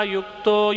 Yukto